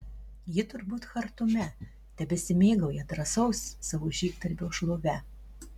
ji turbūt chartume tebesimėgauja drąsaus savo žygdarbio šlove